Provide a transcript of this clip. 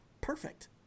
perfect